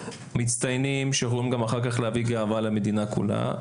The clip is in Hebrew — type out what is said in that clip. שמצטיינים שאמורים גם אחר-כך להביא גאווה למדינה כולה.